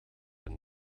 een